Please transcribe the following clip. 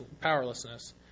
powerlessness